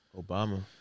Obama